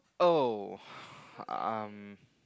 oh um